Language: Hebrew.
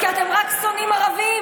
כי אתם רק שונאים ערבים,